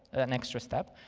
ah an extra step.